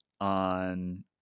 on